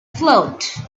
float